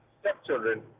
stepchildren